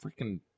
freaking